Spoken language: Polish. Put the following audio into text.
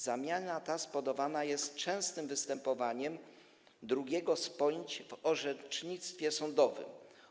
Zmiana ta spowodowana jest częstym występowaniem drugiego z pojęć w orzecznictwie sądowym.